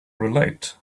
relate